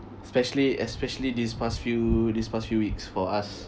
especially especially this past few this past few weeks for us